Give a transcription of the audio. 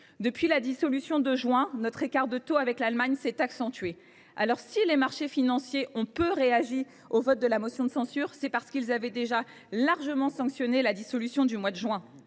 Depuis la dissolution, notre écart de taux avec l’Allemagne s’est accentué. Si les marchés financiers ont peu réagi au vote de la motion de censure, c’est parce qu’ils avaient déjà fortement sanctionné la décision du Président